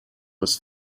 was